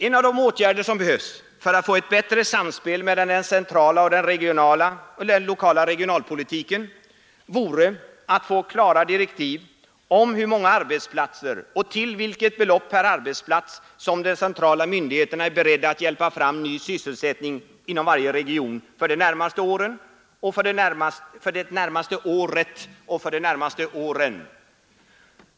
En av de åtgärder som behövs för att få ett bättre samspel mellan den centrala och den lokala regionalpolitiken är klara direktiv om hur många arbetsplatser och till vilket belopp per arbetsplats som de centrala myndigheterna är beredda att hjälpa fram ny sysselsättning inom varje region för det närmaste året och för de närmaste åren.